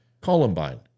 Columbine